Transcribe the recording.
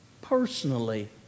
personally